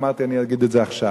אמרתי: אני אגיד את זה עכשיו.